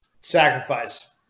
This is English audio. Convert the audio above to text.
sacrifice